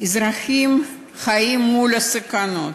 אזרחים חיים מול סכנות.